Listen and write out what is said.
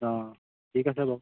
অঁ ঠিক আছে বাৰু